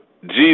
Jesus